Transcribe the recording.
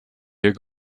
hier